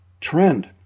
trend